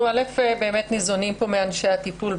אנחנו ניזונים פה מאנשי הטיפול.